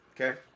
okay